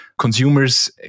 Consumers